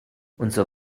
unser